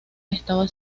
estaba